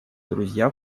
друзья